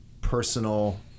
personal